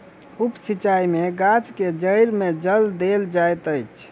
उप सिचाई में गाछ के जइड़ में जल देल जाइत अछि